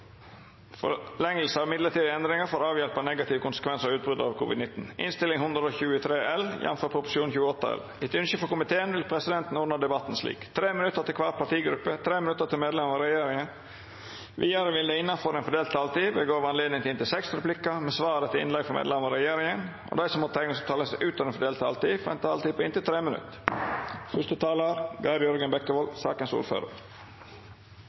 vil presidenten ordna debatten slik: 3 minutt til kvar partigruppe og 3 minutt til medlemer av regjeringa. Vidare vil det – innanfor den fordelte taletida – verta gjeve anledning til seks replikkar med svar etter innlegg frå medlemer av regjeringa, og dei som måtte teikna seg på talarlista utover den fordelte taletida, får ei taletid på inntil 3 minutt.